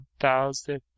thousand